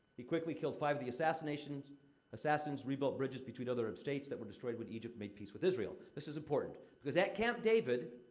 he quickly killed five of the assassination assassins, rebuilt bridges between other states that were destroyed when egypt made peace with israel this is important. because at camp david,